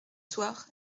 soir